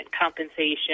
compensation